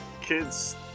kid's